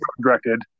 directed